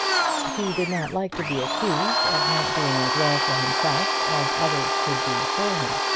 he did not like to be accused of not doing as well for himself as others could do for him.